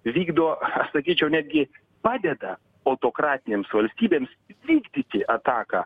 vykdo sakyčiau netgi padeda autokratinėms valstybėms vykdyti ataką